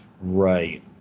Right